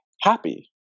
happy